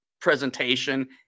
presentation